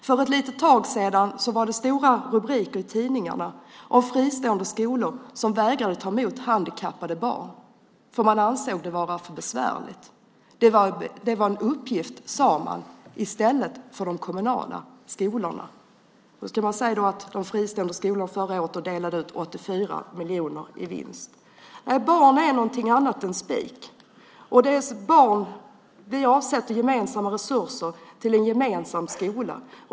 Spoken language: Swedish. För ett litet tag sedan var det stora rubriker i tidningarna om fristående skolor som vägrade att ta emot handikappade barn. Man ansåg att det var för besvärligt. Det var en uppgift för de kommunala skolorna, sade man. Det ska då också sägas att de fristående skolorna under förra året delade ut 84 miljoner i vinst. Barnen är någonting annat än spik. Vi avsätter gemensamma resurser till en gemensam skola.